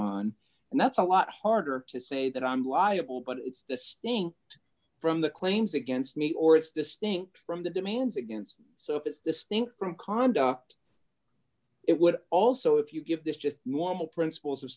on and that's a lot harder to say that i'm liable but it's the sting from the claims against me or it's distinct from the demands against so it is distinct from conduct it would also if you give this just normal principles of